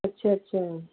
ਅੱਛਾ ਅੱਛਾ